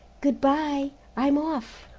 good-bye. i'm off.